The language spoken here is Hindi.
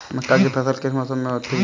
मक्का की फसल किस मौसम में होती है?